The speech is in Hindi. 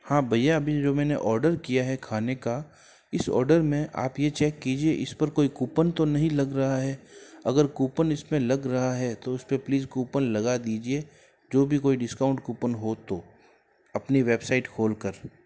हाँ भैया अभी जो मैंने आर्डर किया है खाने का इस आर्डर में आप ये चेक कीजिए इस पर कोई कूपन तो नहीं लग रहा है अगर कूपन इसमें लग रहा है तो उस पे प्लीज कूपन लगा दीजिए जो भी कोई डिस्काउंट कूपन हो तो अपनी वेबसाइट खोलकर